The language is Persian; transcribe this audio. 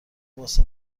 واسه